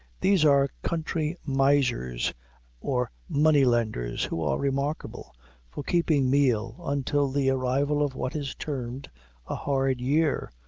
these are country misers or money-lenders, who are remarkable for keeping meal until the arrival of what is termed a hard year,